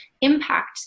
impact